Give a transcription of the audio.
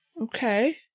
Okay